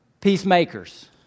peacemakers